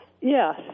Yes